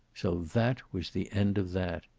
so that was the end of that!